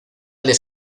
les